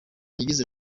yagize